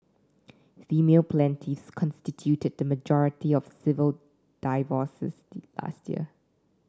female plaintiffs constituted the majority of civil divorces last year